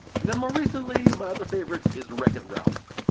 and then more recently, my other favorite is wreck-it ralph.